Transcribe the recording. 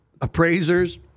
appraisers